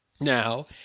now